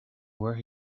where